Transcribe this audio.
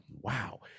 Wow